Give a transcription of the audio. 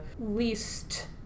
least